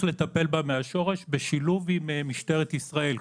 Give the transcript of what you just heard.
לטפל בה מהשורש בשילוב עם משטרת ישראל.